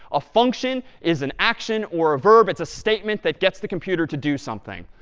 a function is an action or a verb. it's a statement that gets the computer to do something.